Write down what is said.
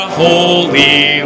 holy